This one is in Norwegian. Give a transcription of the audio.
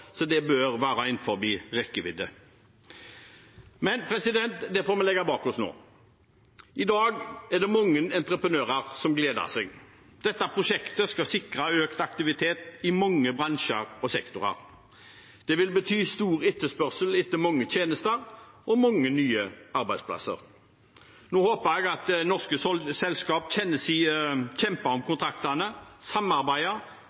så det bør være innenfor rekkevidde. Det får vi legge bak oss nå. I dag er det mange entreprenører som gleder seg. Dette prosjektet skal sikre økt aktivitet i mange bransjer og sektorer. Det vil bety stor etterspørsel etter mange tjenester og mange nye arbeidsplasser. Nå håper jeg at norske selskaper kjemper om kontraktene og også samarbeider om